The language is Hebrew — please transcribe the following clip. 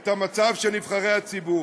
את המצב של נבחרי הציבור,